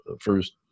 first